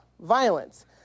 violence